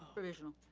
provisional.